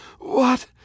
What